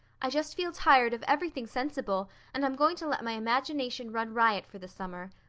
i just feel tired of everything sensible and i'm going to let my imagination run riot for the summer.